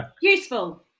useful